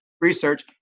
research